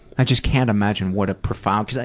i just can't imagine what a profound,